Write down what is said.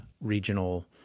regional